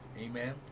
amen